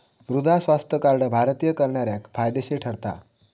मृदा स्वास्थ्य कार्ड भारतीय करणाऱ्याक फायदेशीर ठरता हा